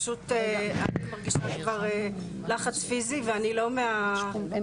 אני כבר מרגישה לחץ פיזי ואני לא מהחלשלושות,